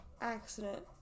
accident